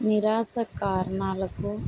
నిరాశ కారణాలకు